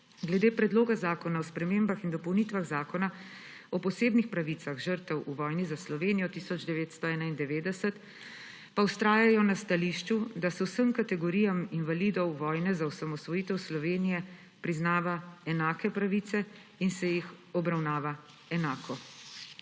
Glede Predloga zakona o spremembah in dopolnitvah Zakona o posebnih pravicah žrtev v vojni za Slovenijo 1991 pa vztrajajo na stališču, da se vsem kategorijam invalidov vojne za osamosvojitev Slovenije priznavajo enake pravice in se enako obravnavajo.